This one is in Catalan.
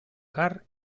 card